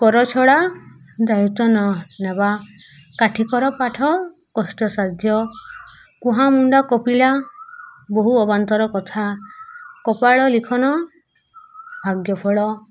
କରଛଡ଼ା ଦାୟିତ୍ୱ ନ ନେବା କାଠିକର ପାଠ କଷ୍ଟସାଧ୍ୟ କୁହା ମୁଣ୍ଡା କପିଲା ବହୁ ଅବାନ୍ତର କଥା କପାଳ ଲିଖନ ଭାଗ୍ୟ ଫଳ